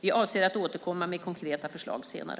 Vi avser att återkomma med konkreta förslag senare.